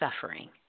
suffering